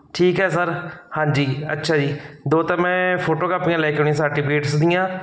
ਠੀਕ ਹੈ ਸਰ ਹਾਂਜੀ ਅੱਛਾ ਜੀ ਦੋ ਤਾਂ ਮੈਂ ਫੋਟੋ ਕਾਪੀਆਂ ਲੈ ਕੇ ਆਉਣੀ ਸਰਟੀਫਿਕੇਟਸ ਦੀਆਂ